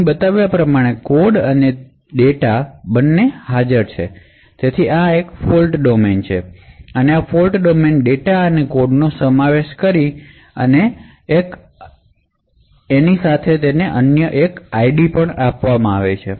અહીં બતાવ્યા પ્રમાણે કોડ એક ફોલ્ટ ડોમેન છે અને આ ફોલ્ટ ડોમેન ડેટા નો સમાવેશ કરે છે અને દરેક ફોલ્ટ ડોમેનને એક યુનિક ID આપવામાં આવે છે